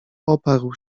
oparł